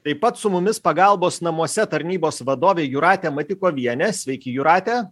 taip pat su mumis pagalbos namuose tarnybos vadovė jūratė matikovienė sveiki jūrate